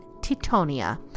Titonia